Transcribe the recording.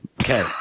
Okay